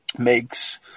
Makes